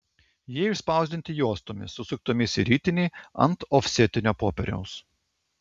jie išspausdinti juostomis susuktomis į ritinį ant ofsetinio popieriaus